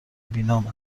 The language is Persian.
بینام